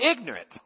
ignorant